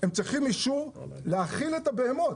הם צריכים אישור להאכיל את הבהמות,